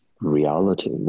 Reality